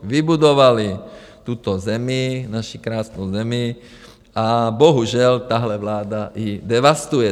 Vybudovali tuto zemi, naši krásnou zemi, a bohužel tahle vláda ji devastuje.